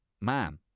man